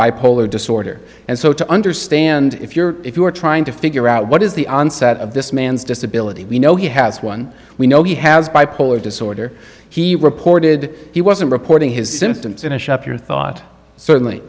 bipolar disorder and so to understand if you're if you are trying to figure out what is the onset of this man's disability we know he has one we know he has bipolar disorder he reported he wasn't reporting his symptoms in a shop your thought certainly